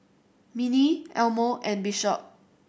Minnie Elmo and Bishop